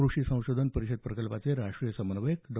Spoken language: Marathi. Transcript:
कृषी संशोधन परिषद प्रकल्पाचे राष्ट्रीय समन्वयक डॉ